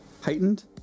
Heightened